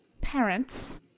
parents